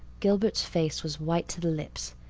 gilbert's face was white to the lips.